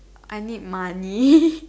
I need money